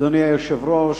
אדוני היושב-ראש,